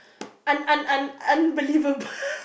un~ un~ un~ un~ unbelievable